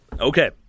Okay